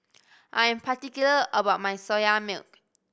I am particular about my Soya Milk